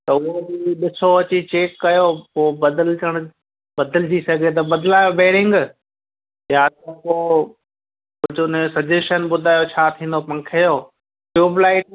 त उहो बि ॾिसो अची चेक कयो पोइ बदिलिजणु बदिलिजी सघे त बदिलायो बेरिंग यां त पोइ कुझु उन जो सजेशन ॿुधायो छा थींदो पंखे जो ट्यूबलाईट